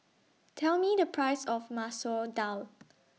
Tell Me The Price of Masoor Dal